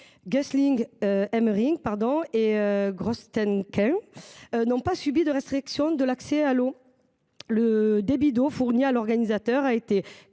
Guessling-Hémering et Grostenquin n’ont pas subi de restrictions d’accès à l’eau. Le débit d’eau fourni à l’organisateur de